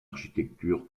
architecture